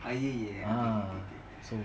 ah